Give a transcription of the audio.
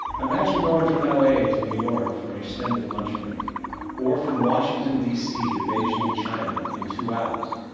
imagine going from l a to new york for an extended lunchbreak or from washington d c. to beijing, china, in two hours.